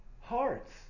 hearts